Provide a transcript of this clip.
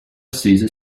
cesar